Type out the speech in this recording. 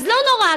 אז לא נורא,